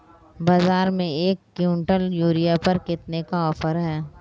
बाज़ार में एक किवंटल यूरिया पर कितने का ऑफ़र है?